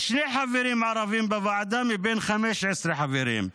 יש שני חברים ערבים בוועדה מבין 15 חברים,